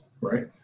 right